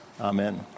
Amen